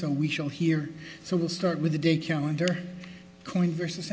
so we show here so we'll start with the day calendar coin versus